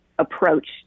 approach